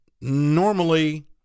normally